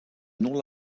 nul